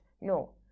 No